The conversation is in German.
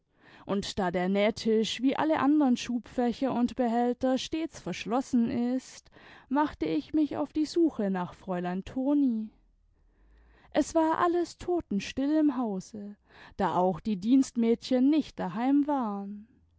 und da der nähtisch wie alle andern schubfächer und behälter stets verschlossen ist machte ich mich auf die suche nach fräulein toni es war alles totenstill im hause da auch die dienstmädchen nicht daheim waren